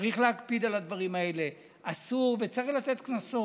צריך להקפיד על הדברים האלה וצריך לתת קנסות,